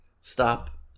stop